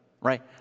right